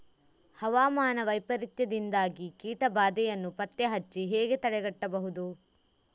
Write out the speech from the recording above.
ಹವಾಮಾನ ವೈಪರೀತ್ಯದಿಂದಾಗಿ ಕೀಟ ಬಾಧೆಯನ್ನು ಪತ್ತೆ ಹಚ್ಚಿ ಹೇಗೆ ತಡೆಗಟ್ಟಬಹುದು?